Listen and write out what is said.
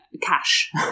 cash